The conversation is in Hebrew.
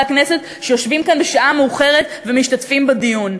הכנסת שיושבים כאן בשעה מאוחרת ומשתתפים בדיון,